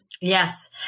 Yes